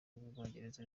bwongereza